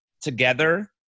together